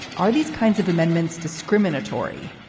are these kinds of amendments discriminatory?